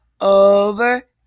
over